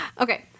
Okay